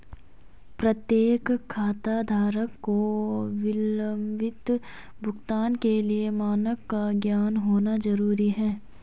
प्रत्येक खाताधारक को विलंबित भुगतान के लिए मानक का ज्ञान होना जरूरी है